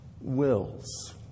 wills